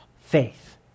faith